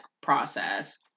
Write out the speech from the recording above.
process